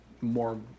more